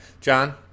John